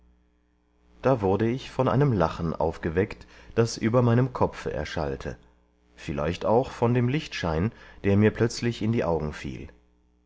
da wurde ich von einem lachen aufgeweckt das über meinem kopfe erschallte vielleicht auch von dem lichtschein der mir plötzlich in die augen fiel